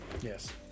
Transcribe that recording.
yes